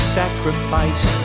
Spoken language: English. sacrifice